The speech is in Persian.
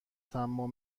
طماع